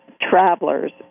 traveler's